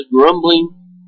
grumbling